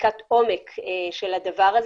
עומק של הדבר,